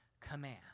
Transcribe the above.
command